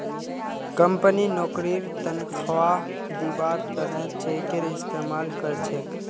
company नौकरीर तन्ख्वाह दिबार त न चेकेर इस्तमाल कर छेक